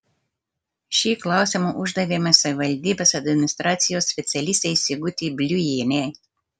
šį klausimą uždavėme savivaldybės administracijos specialistei sigutei bliujienei